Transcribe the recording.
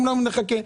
ואומרים להם: נחכה.